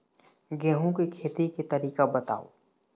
गेहूं के खेती के तरीका बताव?